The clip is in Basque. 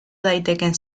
daitekeen